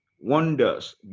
Wonders